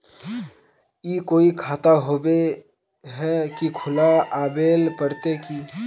ई कोई खाता होबे है की खुला आबेल पड़ते की?